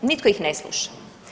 Nitko ih ne sluša.